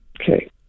Okay